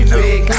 big